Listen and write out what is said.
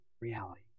reality